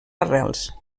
arrels